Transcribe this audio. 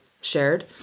shared